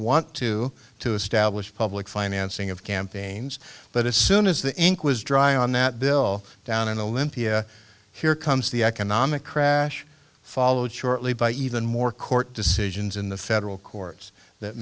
want to to establish public financing of campaigns but as soon as the ink was dry on that bill down in olympia here comes the economic crash followed shortly by even more court decisions in the federal courts that